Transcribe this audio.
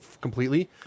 completely